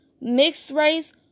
mixed-race